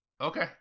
Okay